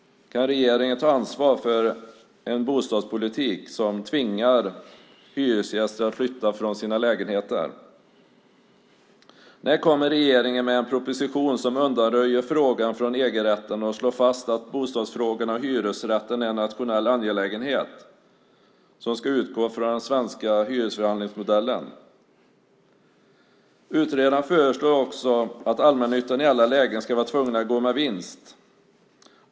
Kan regeringen ta ansvar för en bostadspolitik som tvingar hyresgäster att flytta från sina lägenheter? När kommer regeringen med en proposition som undanröjer frågan från EG-rätten och slår fast att bostadsfrågorna och hyresrätten är en nationell angelägenhet som ska utgå från den svenska hyresförhandlingsmodellen? Utredaren föreslår också att allmännyttan i alla lägen ska vara tvungen att gå med vinst.